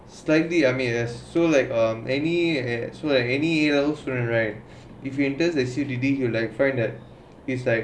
slightly I mean as so like um any eh so like any else student right if returns to C_B_D will find that is like